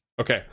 Okay